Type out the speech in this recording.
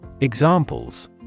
Examples